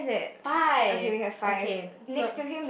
five okay so